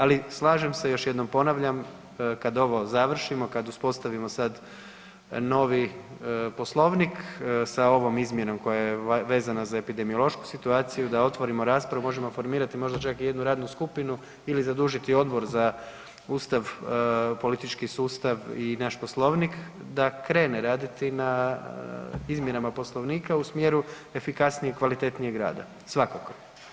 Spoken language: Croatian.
Ali slažem se i još jednom ponavljam, kada ovo završimo, kada uspostavimo sad novi Poslovnik sa ovom izmjenom koja je vezana za epidemiološku situaciju da otvorimo raspravu, možemo formirati možda čak i jednu radnu skupinu ili zadužiti Odbor za Ustav, Poslovnik i politički sustav da krene raditi na izmjenama Poslovnika u smjeru efikasnijeg i kvalitetnijeg rada, svakako.